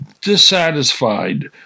dissatisfied